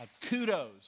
Kudos